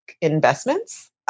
investments